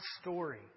story